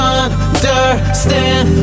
understand